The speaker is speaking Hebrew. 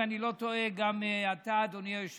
ובהם, אם אני לא טועה, גם אתה, אדוני היושב-ראש,